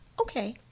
Okay